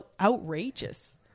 outrageous